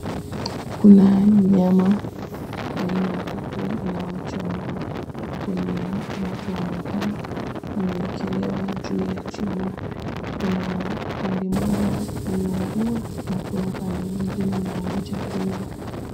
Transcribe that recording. Kuna nyama ya aina ya kuku inayochomwa kwenye moto wa makaa imeekelewa juu ya chuma, kuna pande moja imeungua na pande ingine inangoja kuiva.